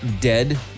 dead